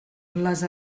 les